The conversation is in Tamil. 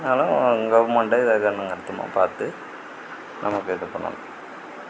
ஆனாலும் கவர்மெண்ட்டு இதை கண்ணும் கருத்துமாக பார்த்து நமக்கு இது பண்ணணும்